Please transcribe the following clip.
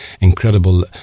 incredible